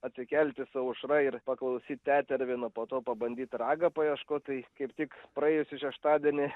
atsikelti su aušra ir paklausyt tetervino po to pabandyt ragą paieškoti kaip tik praėjusį šeštadienį